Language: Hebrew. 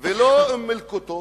ולא אום-אל-קוטוף.